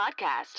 podcast